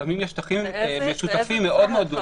לפעמים יש שטחים כאלה משותפים מאוד מאוד גדולים.